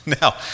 Now